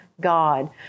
God